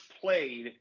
played